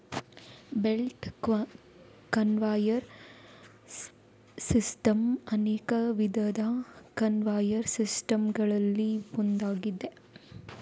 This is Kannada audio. ಬೆಲ್ಟ್ ಕನ್ವೇಯರ್ ಸಿಸ್ಟಮ್ ಅನೇಕ ವಿಧದ ಕನ್ವೇಯರ್ ಸಿಸ್ಟಮ್ ಗಳಲ್ಲಿ ಒಂದಾಗಿದೆ